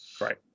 Right